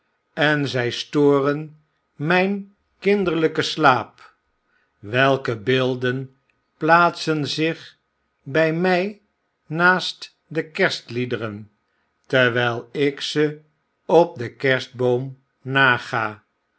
en zij storen myn kinderlyken slaap welke beelden plaatsen zich by mij naast de kerstliederen terwyl ik ze op den kerstboom naga